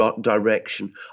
direction